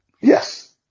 Yes